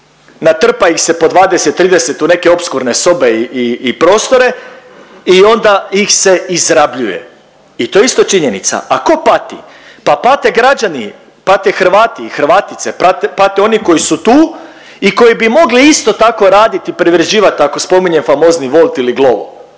Natrpa ih se po 20-30 u neke opskurne sobe i prostore i onda ih se izrabljuje. I to je isto činjenica. A tko pati? Pa pate građani, pate Hrvati i Hrvatice, pate oni koji su tu i koji bi mogli isto tako raditi i privređivati ako spominjem famozni Wolt ili Glovo.